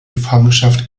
gefangenschaft